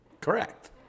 Correct